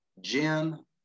Jim